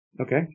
Okay